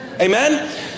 Amen